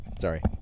Sorry